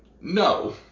no